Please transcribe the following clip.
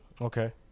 Okay